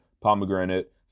Pomegranate